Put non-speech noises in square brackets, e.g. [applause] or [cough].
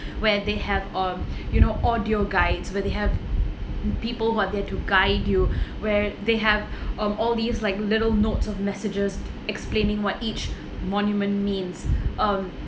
[breath] where they have um [breath] you know audio guides where they have people who are there to guide you [breath] where they have [breath] um all these like little notes of messages explaining what each monument means [breath] um